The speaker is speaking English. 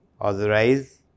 otherwise